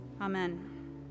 Amen